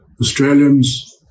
Australians